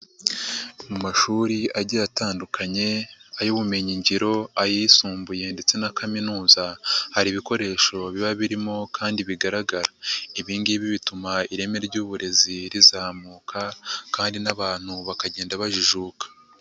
Mu mashuri agiye atandukanye ay'ubumenyigiro, ayisumbuye ndetse na kaminuza hari ibikoresho biba birimo kandi bigaragara, ibi ngibi bituma ireme ry'uburezi rizamuka kandi n'abantu bakagenda bajijuka.